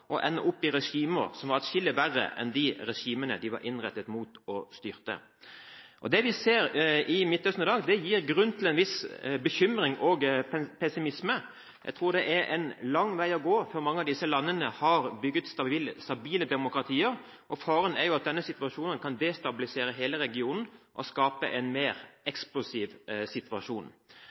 verre enn de regimene de var innrettet på å styrte. Det vi ser i Midtøsten i dag, gir grunn til en viss bekymring og pessimisme. Jeg tror det er en lang vei å gå før mange av disse landene har bygget stabile demokratier. Faren er at denne situasjonen kan destabilisere hele regionen og skape en mer eksplosiv situasjon.